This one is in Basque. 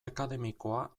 akademikoa